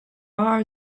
are